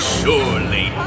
surely